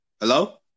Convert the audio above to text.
Hello